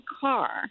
car